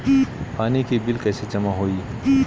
पानी के बिल कैसे जमा होयी?